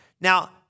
Now